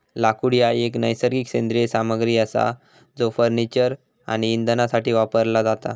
लाकूड हा एक नैसर्गिक सेंद्रिय सामग्री असा जो फर्निचर आणि इंधनासाठी वापरला जाता